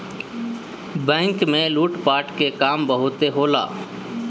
bank में लूट पाट के काम बहुते होला